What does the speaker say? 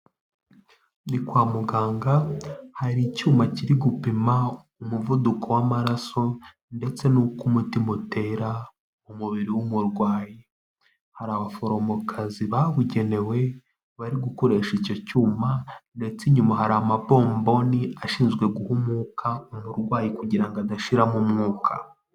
Ni kwa muganga hari icyuma kiri gupima umuvuduko w'amaraso ndetse n'uko umutima utera umubiri w'umurwayi hari abaforomokazi babugenewe bari gukoresha icyo cyuma ndetse nyuma hari amabomboni ashinzwe guha umwuka umurwayi kugira ngo adashiramo umwuka.